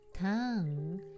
tongue